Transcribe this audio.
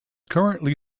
currently